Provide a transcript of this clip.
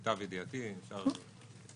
יש פה